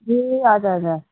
ए हजुर हजुर